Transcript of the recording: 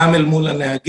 גם אל מול הנהגים.